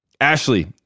Ashley